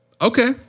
Okay